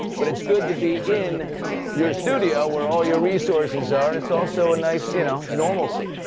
but it's good to be in your studio where all your resources are and it's also a nice, you know, it's a normalcy.